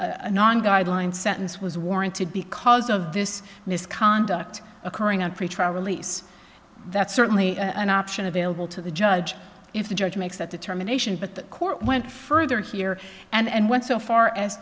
a non guideline sentence was warranted because of this misconduct occurring on pretrial release that's certainly an option available to the judge if the judge makes that determination but the court went further here and went so far as